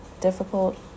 difficult